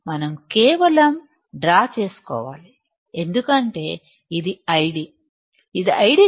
మనం కేవలం డ్రా చేసుకోవాలి ఎందుకంటే ఇది ID ఇది ID